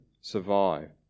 survive